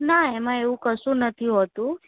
ના એમાં એવું કશું નથી હોતું